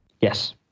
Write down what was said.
yes